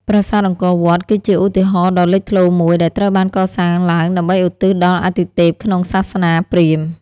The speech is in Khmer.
ប្រាសាទអង្គរវត្ត គឺជាឧទាហរណ៍ដ៏លេចធ្លោមួយ ដែលត្រូវបានកសាងឡើងដើម្បីឧទ្ទិសដល់អទិទេពក្នុងសាសនាព្រហ្មណ៍។